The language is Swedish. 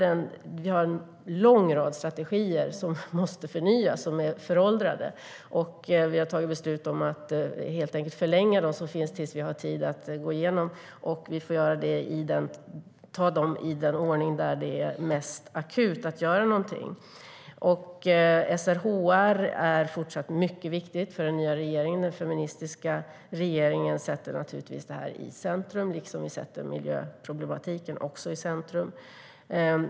Det finns en lång rad strategier som måste förnyas eftersom de är föråldrade. Vi har fattat beslut om att helt enkelt förlänga dem som finns till dess vi har tid att gå igenom dem. Vi får ta dem i den ordning det är mest akut att göra något. SRHR fortsätter att vara mycket viktigt för den nya regeringen. Den feministiska regeringen sätter naturligtvis de frågorna i centrum, liksom vi också sätter miljöproblemen i centrum.